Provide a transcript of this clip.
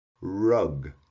rug